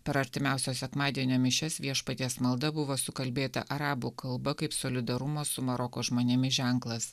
per artimiausio sekmadienio mišias viešpaties malda buvo sukalbėta arabų kalba kaip solidarumo su maroko žmonėmis ženklas